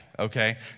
Okay